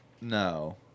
No